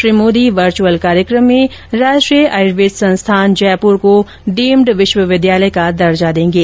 Shri Modi virtual कार्यक्रम में राष्ट्रीय आयुर्वेदिक संस्थान जयपुर को डीम्ड विश्वविद्यालय का दर्जा देंगे